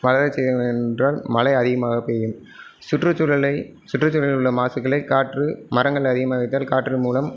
வளர செய்தோம் என்றால் மழை அதிகமாக பெய்யும் சுற்று சூழலை சுற்று சூழலில் உள்ள மாசுக்களை காற்று மரங்கள் அதிகமாக இருத்தால் காற்று மூலம்